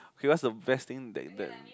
okay what's the best thing that that